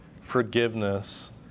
forgiveness